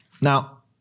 Now